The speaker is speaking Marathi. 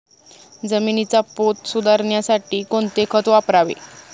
जमिनीचा पोत सुधारण्यासाठी कोणते खत वापरावे?